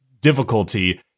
difficulty